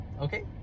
Okay